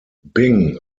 bing